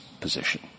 position